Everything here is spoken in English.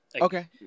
Okay